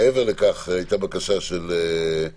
מעבר לכך, הייתה בקשה גם של ח"כ